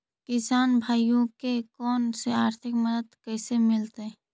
किसान भाइयोके कोन से आर्थिक मदत कैसे मीलतय?